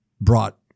brought